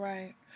Right